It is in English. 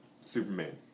Superman